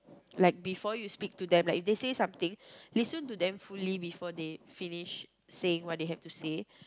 like before you speak to them like if they say something listen to them fully before they finish saying what they have to say